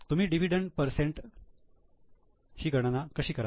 तुम्ही dividend percent ची गणना कशी कराल